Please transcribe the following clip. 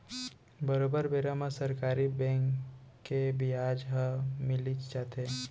बरोबर बेरा म सरकारी बेंक के बियाज ह मिलीच जाथे